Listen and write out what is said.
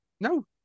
no